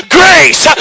grace